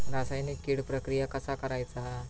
रासायनिक कीड प्रक्रिया कसा करायचा?